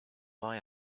buy